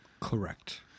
Correct